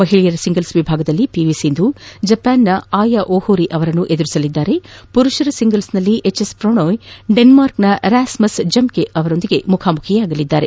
ಮಹಿಳೆಯರ ಸಿಂಗಲ್ಪ್ ವಿಭಾಗದಲ್ಲಿ ಪಿವಿ ಸಿಂಧು ಜಪಾನ್ನ ಅಯಾ ಒಹೋರಿ ಅವರನ್ನು ಎದುರಿಸಲಿದ್ದಾರೆ ಪುರುಷರ ಸಿಂಗಲ್ಪ್ ವಿಭಾಗದಲ್ಲಿ ಹೆಚ್ ಎಸ್ ಪ್ರಷೋಯ್ ಡೆನ್ಮಾರ್ಕ್ನ ರ್ಯಾಸ್ಮಸ್ ಜಮ್ಕೆ ಅವರನ್ನು ಮುಖಾಮುಖಿಯಾಗಲಿದ್ದಾರೆ